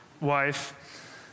wife